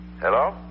Hello